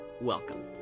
Welcome